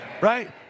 right